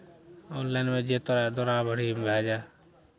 ऑनलाइनमे जे तोरा दौड़ा बढ़ीमे भए जाय